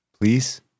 Please